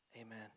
Amen